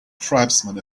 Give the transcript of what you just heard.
tribesmen